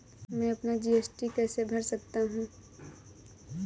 मैं अपना जी.एस.टी कैसे भर सकता हूँ?